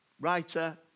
writer